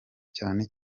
cyane